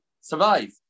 survive